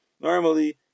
normally